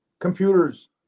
computers